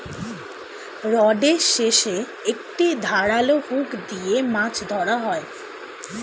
রডের শেষে একটি ধারালো হুক দিয়ে মাছ ধরা হয়